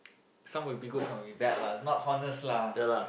some will be good some will be bad it's not honest lah